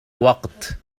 وقت